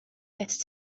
better